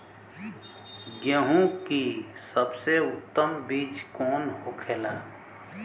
गेहूँ की सबसे उत्तम बीज कौन होखेला?